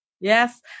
Yes